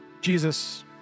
Jesus